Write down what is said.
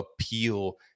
appeal